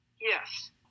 Yes